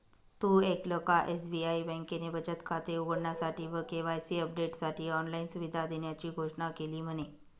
तु ऐकल का? एस.बी.आई बँकेने बचत खाते उघडण्यासाठी व के.वाई.सी अपडेटसाठी ऑनलाइन सुविधा देण्याची घोषणा केली म्हने